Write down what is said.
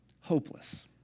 hopeless